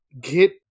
get